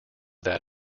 that